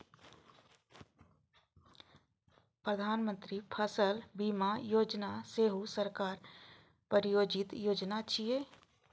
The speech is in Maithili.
प्रधानमंत्री फसल बीमा योजना सेहो सरकार प्रायोजित योजना छियै